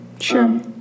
sure